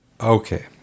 okay